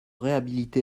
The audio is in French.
réhabiliter